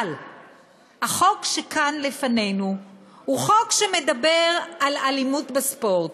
אבל החוק שכאן לפנינו הוא חוק שמדבר על אלימות בספורט.